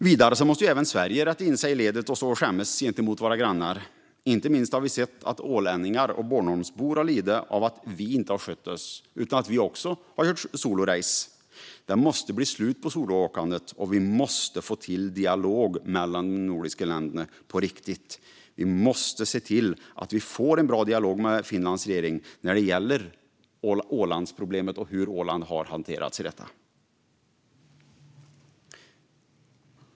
Vidare måste även Sverige rätta in sig i ledet och stå och skämmas gentemot sina grannar. Inte minst har vi sett att ålänningar och Bornholmsbor har lidit av att vi inte har skött oss utan kört ett solorace. Det måste bli slut på soloåkandet, och vi måste få till en dialog mellan de nordiska länderna på riktigt. Vi måste se till att vi får en bra dialog med Finlands regering när det gäller Ålandsproblemet och hur Åland har hanterats i detta.